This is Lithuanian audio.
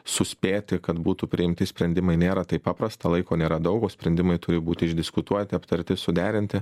suspėti kad būtų priimti sprendimai nėra taip paprasta laiko nėra daug o sprendimai turi būti išdiskutuoti aptarti suderinti